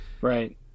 Right